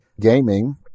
Gaming